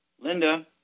Linda